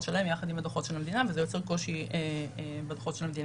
שלהם יחד עם הדוחות של המדינה וזה יוצר קושי בדוחות של המדינה.